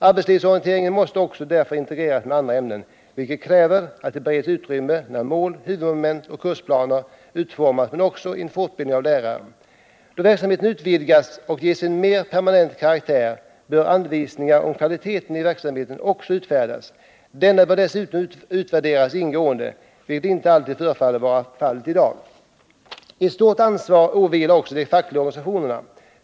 Arbetslivsorienteringen måste därför integreras med andra ämnen, vilket kräver att det ämnet bereds utrymme med mål, huvudmoment och kursplaner utformade, men det behövs likaså en fortbildning av lärare. Då verksamheten utvidgats och getts en mer permanent karaktär bör anvisningar om kvaliteten i verksamheten också utfärdas. Denna bör dessutom ingående utvärderas, vilket inte alls förefaller vara fallet i dag. Ett stort ansvar för att förbättra kvaliteten åvilar också de fackliga organisationerna.